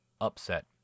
upset